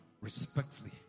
respectfully